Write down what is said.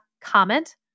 comment